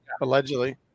Allegedly